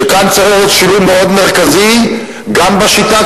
כאן צריך לעשות שינוי מאוד מרכזי גם בשיטה,